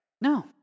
No